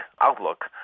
outlook